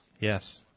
Yes